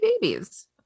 babies